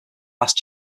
last